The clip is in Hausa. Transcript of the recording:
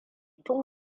tun